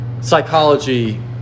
psychology